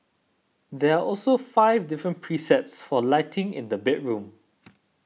there are also five different presets for lighting in the bedroom